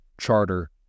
Charter